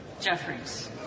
Jeffries